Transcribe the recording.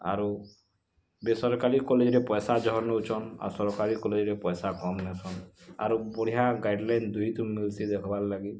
ଆରୁ ବେସରକାରୀ କଲେଜ୍ରେ ପଇସା ଯହର୍ ନଉଛନ୍ ଆଉ ସରକାରୀ କଲେଜ୍ରେ ପଇସା କମ୍ ନଉଛନ୍ ଆରୁ ବଢ଼ିଆ ଗାଇଡ଼୍ଲାଇନ୍ ମିଲ୍ସି ଦେଖ୍ବାର୍ଲାଗି